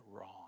wrong